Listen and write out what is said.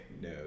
No